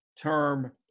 term